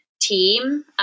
team